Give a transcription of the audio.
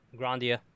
Grandia